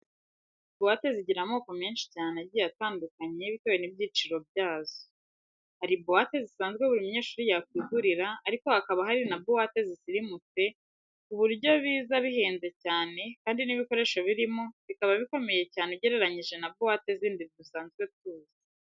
Buwate zigira amoko menshi cyane agiye atandukanye bitewe n'ibiciro byazo. Hari buwate zisanzwe buri munyeshuri yakwigurira ariko haba hari na buwate zisirimutse ku buryo ziba zihenze cyane kandi n'ibikoresho birimo bikaba bikomeye cyane ugereranyije na buwate zindi dusanzwe tuzi.